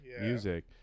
music